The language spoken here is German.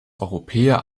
europäer